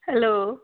hello